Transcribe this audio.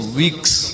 weeks